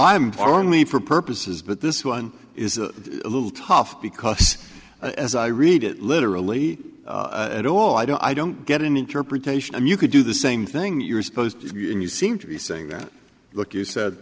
are only for purposes but this one is a little tough because as i read it literally at all i don't i don't get an interpretation and you could do the same thing you're supposed to and you seem to be saying that look you said